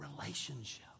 relationship